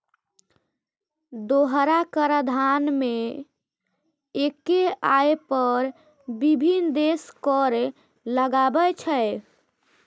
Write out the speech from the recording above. दोहरा कराधान मे एक्के आय पर विभिन्न देश कर लगाबै छै